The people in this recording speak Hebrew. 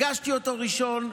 הגשתי אותו ראשון.